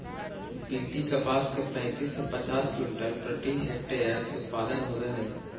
BT कपास के पैंतीस से पचास क्विंटल प्रति हेक्टेयर उत्पादन होवे हई